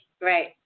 Right